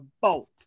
bolt